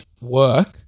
work